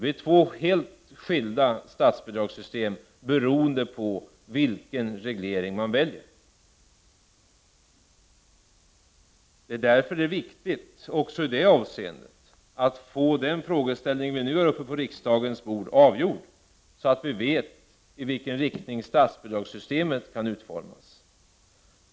Det är två helt skilda statsbidragssystem, beroende på vilken reglering man väljer. Det är därför som det är viktigt också i det avseendet att den frågeställning som nu ligger på riksdagens bord kan avgöras, så att vi vet i vilken riktning statsbidragssystemet kan utformas.